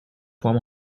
form